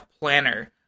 planner